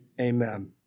Amen